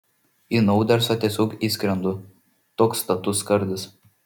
į naudersą tiesiog įskrendu toks status skardis